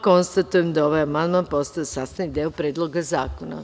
Konstatujem da je ovaj amandman postao sastavni deo Predloga zakona.